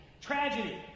Tragedy